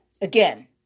again